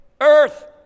earth